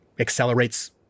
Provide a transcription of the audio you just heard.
accelerates